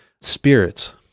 spirits